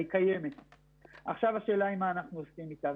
רק השאלה מה אנחנו עושים איתה.